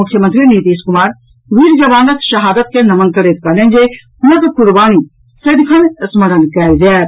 मुख्यमंत्री नीतीश कुमार वीर जवानक शहादत के नमन करैत कहलनि जे हुनक कुर्बानी सदिखन स्मरण कयल जायत